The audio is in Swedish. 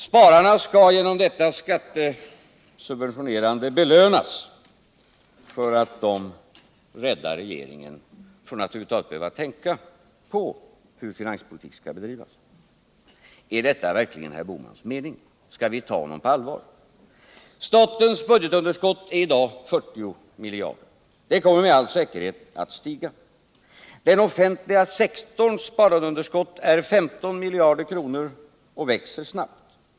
Spararna skall genom detta skattesubventionerande belönas för att de räddar regeringen från att över huvud taget behöva tänka på hur finanspolitiken skall bedrivas. Är detta verkligen herr Bohmans mening? Skall vi ta honom på allvar? Statens budgetunderskott är i dag 40 miljarder kronor. Det kommer med all säkerhet att stiga. Den offentliga sektorns sparandeunderskott är 15 miljarder kronor och växer snabbt.